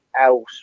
else